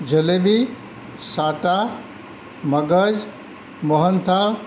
જલેબી સાટા મગસ મોહનથાળ